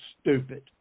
stupid